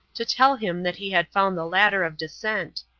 to tell him that he had found the ladder of descent.